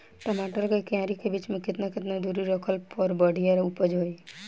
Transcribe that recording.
टमाटर के क्यारी के बीच मे केतना केतना दूरी रखला पर बढ़िया उपज होई?